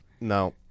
no